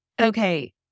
Okay